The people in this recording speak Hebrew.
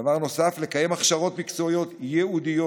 דבר נוסף לקיים הכשרות מקצועיות ייעודיות